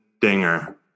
Dinger